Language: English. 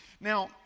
now